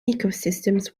ecosystems